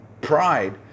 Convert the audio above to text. Pride